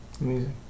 amazing